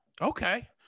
Okay